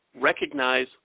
Recognize